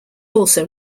also